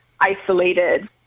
isolated